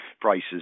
prices